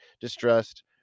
distrust